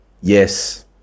yes